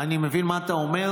אני מבין מה אתה אומר.